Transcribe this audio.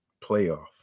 playoff